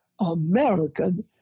American